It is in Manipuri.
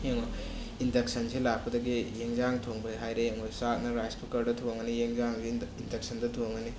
ꯌꯦꯡꯉꯣ ꯏꯟꯗꯛꯁꯟꯁꯦ ꯂꯥꯛꯄꯗꯒꯤ ꯏꯟꯁꯥꯡ ꯊꯣꯡꯕꯗ ꯍꯥꯏꯔꯦ ꯌꯦꯡꯉꯣ ꯆꯥꯛꯅ ꯔꯥꯏꯁ ꯀꯨꯀꯔꯗ ꯊꯣꯡꯉꯅꯤ ꯏꯟꯁꯥꯡ ꯏꯟꯗꯛꯁꯟꯗ ꯊꯣꯡꯉꯅꯤ